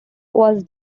was